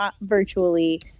virtually